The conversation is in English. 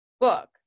book